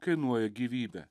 kainuoja gyvybę